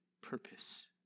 purpose